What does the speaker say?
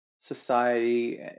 society